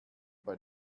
bei